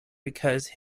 because